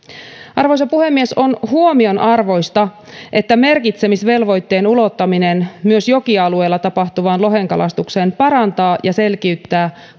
arvoisa puhemies on huomionarvoista että merkitsemisvelvoitteen ulottaminen myös jokialueella tapahtuvaan lohenkalastukseen parantaa ja selkiyttää